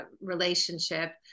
relationship